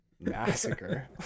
massacre